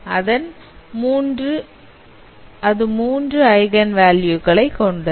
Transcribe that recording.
அது 3 eigen value கொண்டது